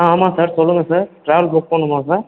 ஆமாம் சார் சொல்லுங்கள் sir travel book பண்ணுமா சார்